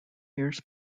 years